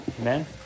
Amen